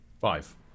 Five